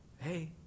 hey